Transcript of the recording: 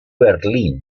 berlín